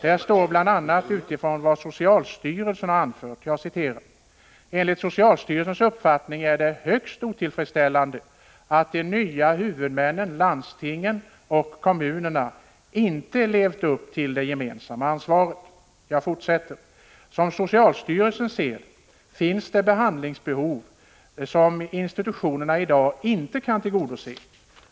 Där står bl.a. vad socialstyrelsen har anfört: ”Enligt socialstyrelsens uppfattning är det högst otillfredsställande att de nya huvudmännen — landstingen och kommunerna — inte levt upp till det gemensamma ansvaret ———. Som socialstyrelsen ser det finns det behandlingsbehov som institutionerna i dag inte kan tillgodose.